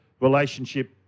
relationship